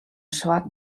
swart